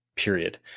Period